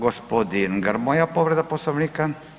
Gospodin Grmoja povreda Poslovnika.